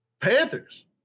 Panthers